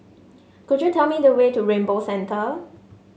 could you tell me the way to Rainbow Centre